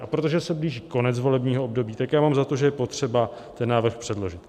A protože se blíží konec volebního období, tak já mám za to, že je potřeba ten návrh předložit.